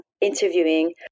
interviewing